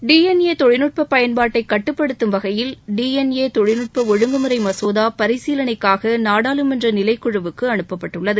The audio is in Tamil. டிஎன்ஏ தொழில்நுட்ப பயன்பாட்டை கட்டுப்படுத்தும் வகையில் டிஎன்ஏ தொழில்நுட்ப ஒழுங்குமுறை மசோதா பரிசீலனைக்காக நாடாளுமன்ற நிலைக்குழுவுக்கு அனுப்பப்பட்டுள்ளது